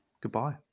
goodbye